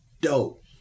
dope